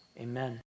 Amen